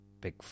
big